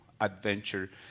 adventure